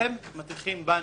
שאתם מטיחים בנו,